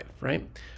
right